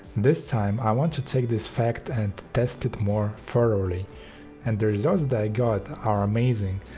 this time i wanted to take this fact and test it more thoroughly and the results that i got are amazing.